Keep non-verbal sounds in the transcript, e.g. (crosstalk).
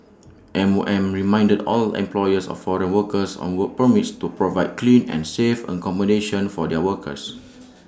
M O M reminded all employers of foreign workers on work permits to provide clean and safe accommodation for their workers (noise)